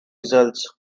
results